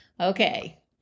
Okay